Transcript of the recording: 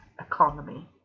economy